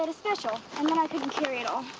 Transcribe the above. but special and then i couldn't carry it all.